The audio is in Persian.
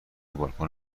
بالکن